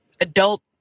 adult